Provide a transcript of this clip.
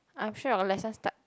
I'm sure your lesson start